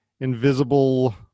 invisible